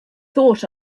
thought